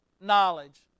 knowledge